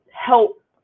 help